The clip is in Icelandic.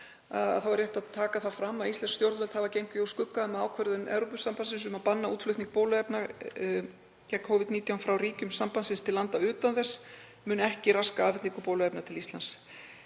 það, og rétt að taka það fram, að íslensk stjórnvöld hafa gengið úr skugga um að ákvörðun Evrópusambandsins um að banna útflutning bóluefna gegn Covid-19 frá ríkjum sambandsins til landa utan þess mun ekki raska afhendingu bóluefna til Íslands.